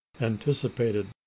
anticipated